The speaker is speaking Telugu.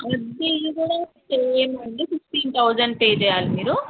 ఇది కూడా సేమ్ అండి ఫీఫ్టీన్ థౌజండ్ పే చేయాలి మీరు